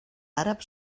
àrab